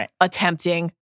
attempting